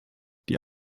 die